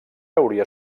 hauria